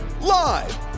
Live